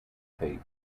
tape